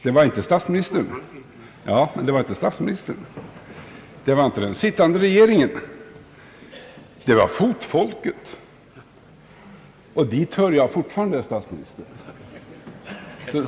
Det var inte statsministern. Det var inte den sittande regeringen. Det var fotfolket, och dit hör jag fortfarande, herr statsminister.